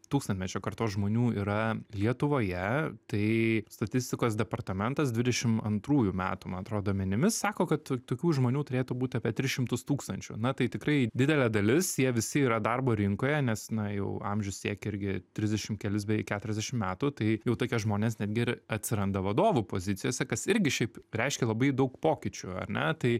tūkstantmečio kartos žmonių yra lietuvoje tai statistikos departamentas dvidešim antrųjų metų man atrodo duomenimis sako kad tokių žmonių turėtų būti apie tris šimtus tūkstančių na tai tikrai didelė dalis jie visi yra darbo rinkoje nes na jau amžius siekia irgi trisdešim kelis beveik keturiasdešim metų tai jau tokie žmonės netgi ir atsiranda vadovų pozicijose kas irgi šiaip reiškia labai daug pokyčių ar ne tai